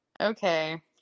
Okay